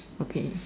okay